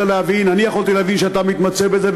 אני יכולתי להבין שאתה מתמצא בזה,